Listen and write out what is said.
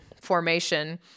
formation